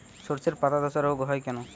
শর্ষের পাতাধসা রোগ হয় কেন?